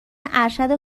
ارشد